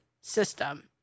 system